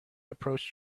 approached